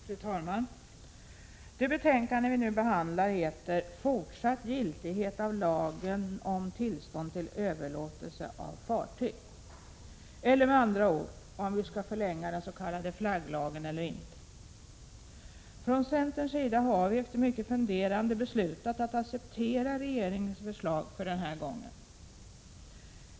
Fru talman! Det betänkande vi nu behandlar heter Fortsatt giltighet av lagen om tillstånd till överlåtelse av fartyg. Det handlar med andra ord om huruvida vi skall förlänga den s.k. flagglagen eller inte. Från centerns sida har vi efter mycket funderande beslutat att acceptera regeringens förslag för den här gången.